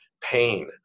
pain